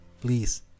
please